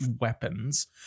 weapons